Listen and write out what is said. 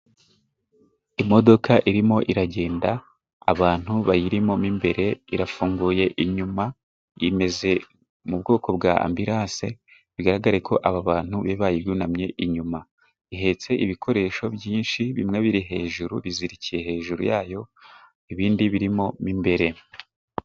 Imodoka irimo iragenda abantu bayirimo mo imbere irafunguye inyuma imeze mu bwoko bwa ambulansi, bigaragare ko aba bantu bayunamye inyuma. Ihetse ibikoresho byinshi bimwe biri hejuru, izirikiye hejuru yayo ibindi birimo imbere.